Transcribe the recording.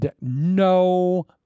No